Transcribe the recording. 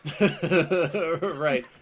right